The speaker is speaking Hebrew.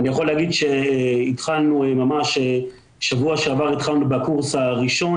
אני יכול להגיד שהתחלנו ממש בשבוע שעבר בקורס הראשון,